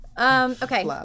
Okay